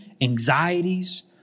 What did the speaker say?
anxieties